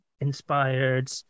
inspired